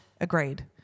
Agreed